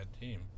team